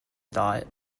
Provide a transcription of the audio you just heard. thought